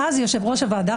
ואז יושב-ראש הוועדה,